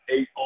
eight